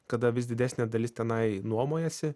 kada vis didesnė dalis tenai nuomojasi